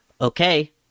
okay